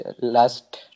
last